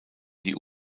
die